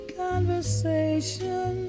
conversation